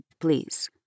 please